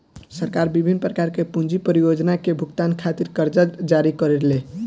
सरकार बिभिन्न प्रकार के पूंजी परियोजना के भुगतान खातिर करजा जारी करेले